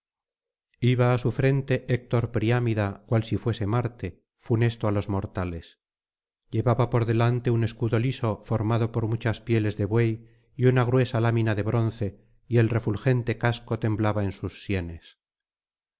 iba á su frente héctor priámida cual si fuese marte funesto á los mortales llevaba por delante un escudo liso formado por muchas píeles de buey y una gruesa lámina de bronce y el refulgente casco temblaba en sus sienes